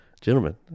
Gentlemen